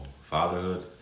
fatherhood